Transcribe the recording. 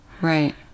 Right